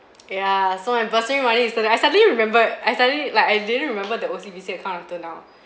ya so my bursary money is still there I suddenly remembered I suddenly like I didn't remember the O_C_B_C account up till now